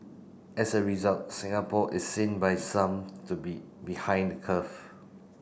as a result Singapore is seen by some to be behind the curve